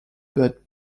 but